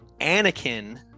Anakin